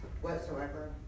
whatsoever